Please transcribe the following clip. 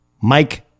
Mike